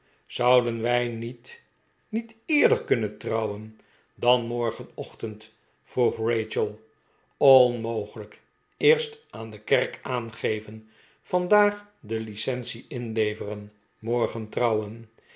zouden wij niet niet eerder kunnen trouwen dan morgenochtend vroeg rachel onmogelijk eerst aan de kerk aangeven vandaag de licence inleveren morgen trouwen